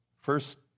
First